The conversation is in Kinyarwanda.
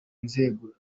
nzego